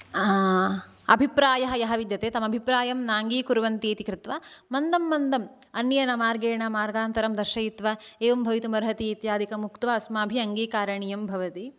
अभिप्रायः यः विद्यते तमभिप्रायं न अङ्गीकुर्वन्ति इति कृत्वा मन्दं मन्दं अन्येन मार्गेण मार्गान्तरं दर्शयित्वा एवं भवितुम् अर्हति इत्यादिकम् उक्त्वा अस्माभिः अङ्गीकारणीयं भवति